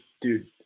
dude